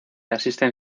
asisten